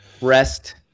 rest